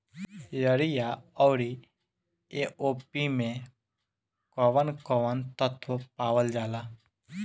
Urea औरी AOP मै कौवन कौवन तत्व पावल जाला?